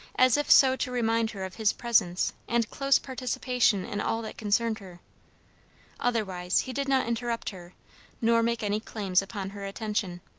as if so to remind her of his presence and close participation in all that concerned her otherwise he did not interrupt her nor make any claim upon her attention.